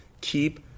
keep